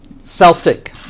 Celtic